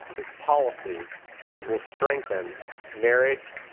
is policies that will strengthen marriage,